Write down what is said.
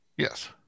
Yes